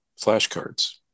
flashcards